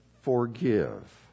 forgive